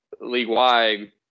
league-wide